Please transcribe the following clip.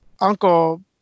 uncle